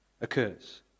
occurs